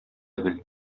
бел